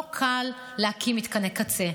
לא קל להקים מתקני קצה,